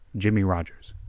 jimmie rogers.